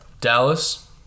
Dallas